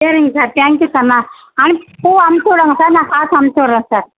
சரிங்க sir thank you sir நான் அனுப்பி பூ அனுப்ச்சு விடுங்க சார் நான் காசு அனுச்சி விட்றேன் சார்